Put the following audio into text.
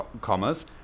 commas